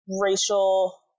racial